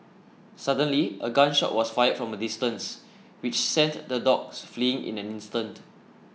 suddenly a gun shot was fired from a distance which sent the dogs fleeing in an instant